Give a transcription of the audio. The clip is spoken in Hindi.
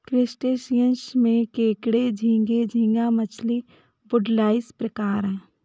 क्रस्टेशियंस में केकड़े झींगे, झींगा मछली, वुडलाइस प्रकार है